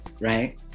right